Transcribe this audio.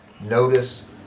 notice